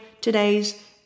today's